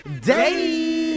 Day